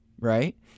right